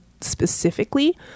specifically